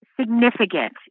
significant